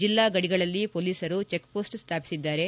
ಜೆಲ್ಲಾ ಗಡಿಗಳಲ್ಲಿ ಹೊಲೀಸರು ಚೆಕ್ಷೋಸ್ಟ್ ಸ್ವಾಪಿಸಿದ್ದಾರೆ